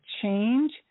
change